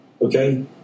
okay